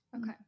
Okay